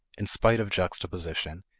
in spite of juxtaposition,